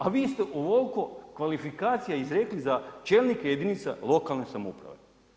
A vi ste ovoliko kvalifikacija izrekli za čelnike jedinica lokalne samouprave.